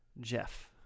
Jeff